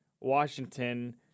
Washington